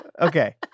Okay